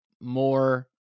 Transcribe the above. more